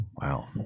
Wow